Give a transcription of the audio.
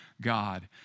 God